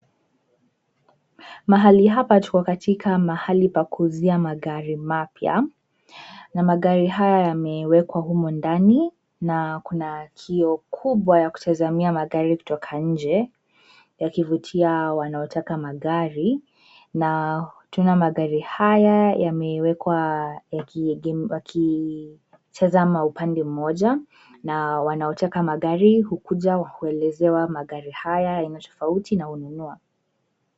Mahali hapa tuko katika mahali pa kuuzia magari mapya na magari haya yamewekwa humu ndani, na kuna kioo kubwa ya kutazamia magari kutoka nje yakivutia wanaotaka magari. Na tunaona magari haya yamewekwa yakitazama upande mmoja na wanaotaka magari hukuja kuelezewa magari haya ya aina tofauti na hununua.